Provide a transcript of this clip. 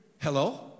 hello